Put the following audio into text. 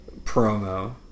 promo